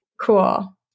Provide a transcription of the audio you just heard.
Cool